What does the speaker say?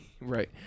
right